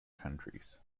countries